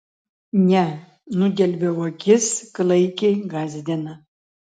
ne nudelbiau akis klaikiai gąsdina